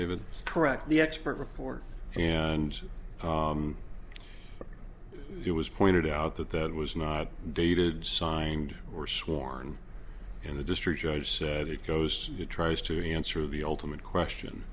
affidavit correct the expert report and it was pointed out that that was not dated signed or sworn in the district judge said it goes it tries to answer the ultimate question